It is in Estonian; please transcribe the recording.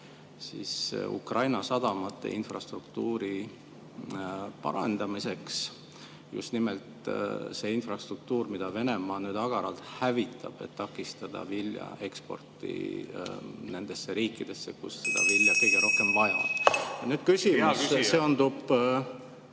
see Ukraina sadamate infrastruktuuri parandamiseks. Just nimelt see infrastruktuur, mida Venemaa nüüd agaralt hävitab, et takistada viljaeksporti nendesse riikidesse, kus seda vilja kõige rohkem vaja on.